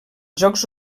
jocs